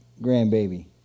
grandbaby